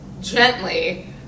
gently